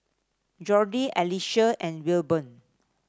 Jordi Alicia and Wilburn